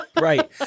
Right